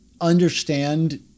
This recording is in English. understand